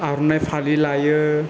आर'नाइ फालि लायो